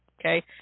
Okay